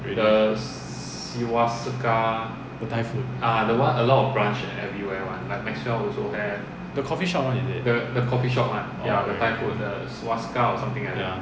the thai food the coffee shop [one] is it ya okay ya